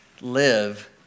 live